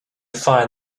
find